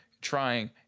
trying